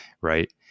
right